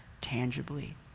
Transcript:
tangibly